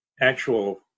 actual